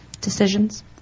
decisions